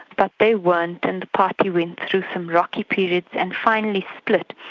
but they weren't, and the party went through some rocky periods, and finally split,